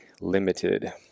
limited